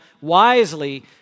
wisely